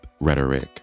rhetoric